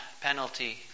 penalty